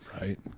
Right